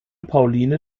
pauline